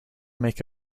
make